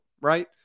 right